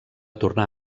tornar